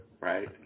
Right